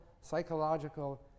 psychological